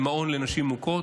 למעון לנשים מוכות.